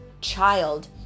child